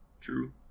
True